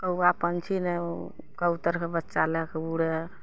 कौआ पंछी ने कबूत्तरके बच्चा लए कऽ उड़ै